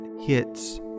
hits